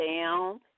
down